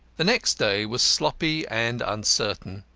the next day was sloppy and uncertain.